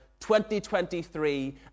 2023